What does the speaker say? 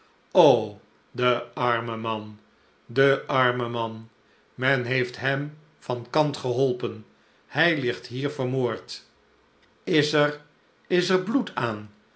de arme man de arme man menheeft hem van kant geholpen hij ligt hier vermoord is er is er bloed aan